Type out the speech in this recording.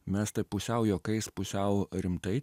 mes taip pusiau juokais pusiau rimtai